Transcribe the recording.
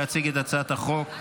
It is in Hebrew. להציג את הצעת החוק.